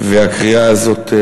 הקריעה הזאת,